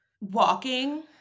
walking